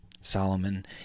Solomon